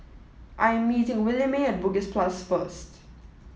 I am meeting Williemae at Bugis plus first